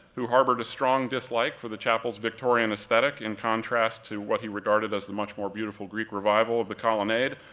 who harbored a strong dislike for the chapel's victorian aesthetic in contrast to what he regarded as the much more beautiful greek revival of the colonnade,